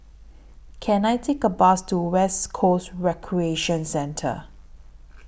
Can I Take A Bus to West Coast Recreation Centre